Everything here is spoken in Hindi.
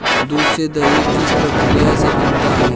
दूध से दही किस प्रक्रिया से बनता है?